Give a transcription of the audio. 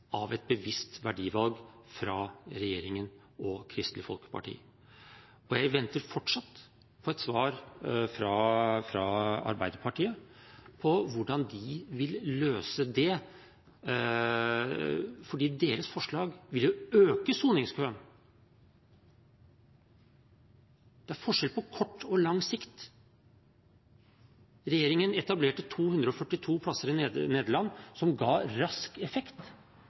av et bevisst verdivalg fra regjeringen og Kristelig Folkeparti. Jeg venter fortsatt på et svar fra Arbeiderpartiet på hvordan de vil løse det – for deres forslag vil jo øke soningskøen. Det er forskjell på kort og lang sikt. Regjeringen etablerte 242 plasser i Nederland, som ga rask effekt.